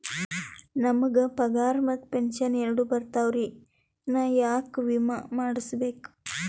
ನಮ್ ಗ ಪಗಾರ ಮತ್ತ ಪೆಂಶನ್ ಎರಡೂ ಬರ್ತಾವರಿ, ನಾ ಯಾಕ ವಿಮಾ ಮಾಡಸ್ಬೇಕ?